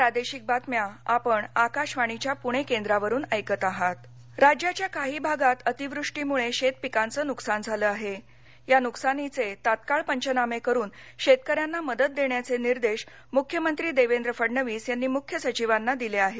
मख्यमंत्री राज्याच्या काही भागात अतिवृष्टीमुळे शेतपिकांचं नुकसान झालं आहे या नुकसानीचे तत्काळ पंचनामे करून शेतकऱ्यांना मदत देण्याचे निर्देश मुख्यमंत्री देवेंद्र फडणवीस यांनी मुख्य सचिवांना दिले आहेत